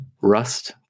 Rust